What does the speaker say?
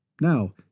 Now